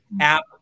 app